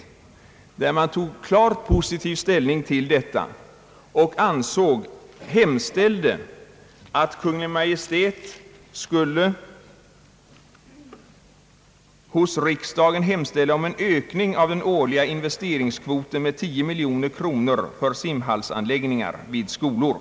Överstyrelsen tog klart positiv ställning i ärendet och hemställde att Kungl. Maj:t skulle hos riksdagen hemställa om en ökning av den årliga investeringskvoten med 10 miljoner kronor för simhallsanläggningar vid skolor.